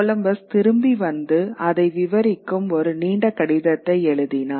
Columbus திரும்பி வந்து அதை விவரிக்கும் ஒரு நீண்ட கடிதத்தை எழுதினார்